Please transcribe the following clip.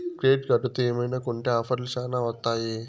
credit కార్డుతో ఏమైనా కొంటె ఆఫర్లు శ్యానా వత్తాయి